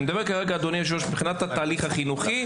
אני מדבר אדוני היושב-ראש מבחינת התהליך החינוכי,